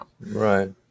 right